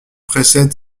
précède